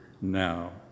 now